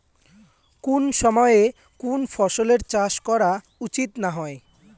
কুন সময়ে কুন ফসলের চাষ করা উচিৎ না হয়?